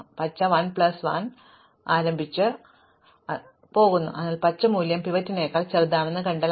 അതിനാൽ പച്ച l plus 1 ആരംഭിച്ച് വരെ പോകുന്നു അതിനാൽ പച്ച മൂല്യം പിവറ്റിനേക്കാൾ ചെറുതാണെന്ന് കണ്ടാൽ